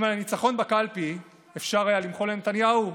אם על הניצחון בקלפי אפשר היה למחול לנתניהו,